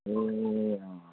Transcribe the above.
ए